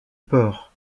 porc